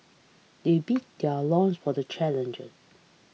they beat their loins for the challenger